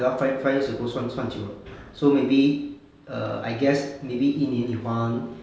ya lor fiv~ five years ago 算算久 lor so maybe err I guess maybe 一年你还